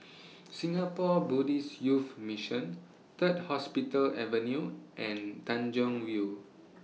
Singapore Buddhist Youth Mission Third Hospital Avenue and Tanjong Rhu